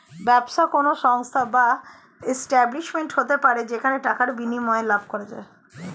ব্যবসা কোন সংস্থা বা এস্টাব্লিশমেন্ট হতে পারে যেখানে টাকার বিনিময়ে লাভ করা যায়